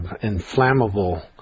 inflammable